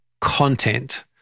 content